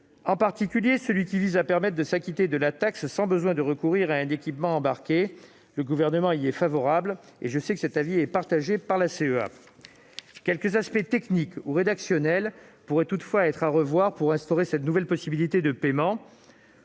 à l'amendement tendant à permettre de s'acquitter de la taxe sans recourir à un équipement embarqué. Le Gouvernement y est favorable, et je sais que cet avis est partagé par la CEA. Quelques modifications techniques ou rédactionnelles pourraient toutefois s'imposer pour instaurer cette nouvelle possibilité de paiement.